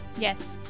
yes